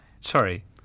Sorry